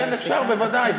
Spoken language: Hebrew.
כן, אפשר, בוודאי.